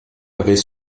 avait